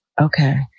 Okay